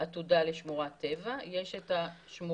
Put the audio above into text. עתודה לשמורת טבע אלא יש את השמורה.